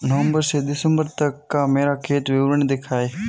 नवंबर से दिसंबर तक का मेरा खाता विवरण दिखाएं?